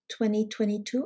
2022